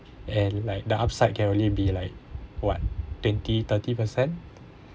and like the upside can only be like what twenty thirty per cent